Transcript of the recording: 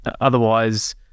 Otherwise